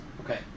Okay